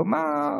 כלומר,